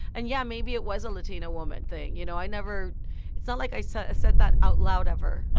and yeah, maybe it was a latina woman thing, you know? i never it's not like i said said that out loud ever,